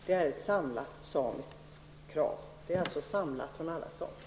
Detta är ett samlat samiskt krav.